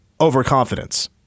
overconfidence